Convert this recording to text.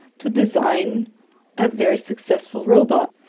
to design a very successful robot?